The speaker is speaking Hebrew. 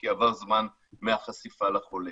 כי עבר זמן מהחשיפה לחולה.